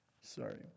sorry